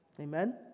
Amen